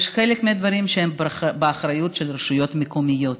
וחלק מהדברים הם באחריות של הרשויות המקומיות.